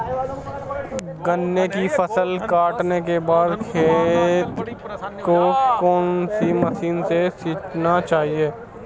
गन्ने की फसल काटने के बाद खेत को कौन सी मशीन से सींचना चाहिये?